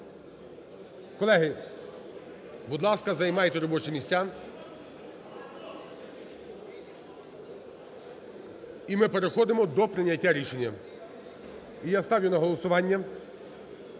Колеги, будь ласка, займайте робочі місця. І ми переходимо до прийняття рішення. І я ставлю на голосування